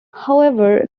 however